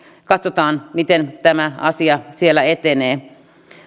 katsotaan miten tämä asia siellä etenee